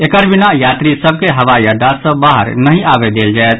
एकर बिना यात्री सभ के हवाई अड्डा सँ बाहर नहि आबय देल जायत